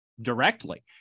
directly